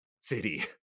city